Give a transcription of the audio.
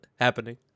happening